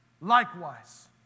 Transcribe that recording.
likewise